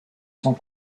sans